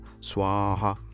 swaha